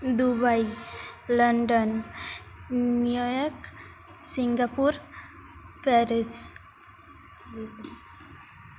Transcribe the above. Dubai London New York Singapore Paris